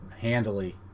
handily